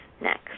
next